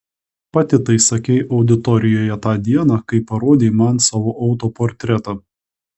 pati tai sakei auditorijoje tą dieną kai parodei man savo autoportretą